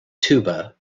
tuba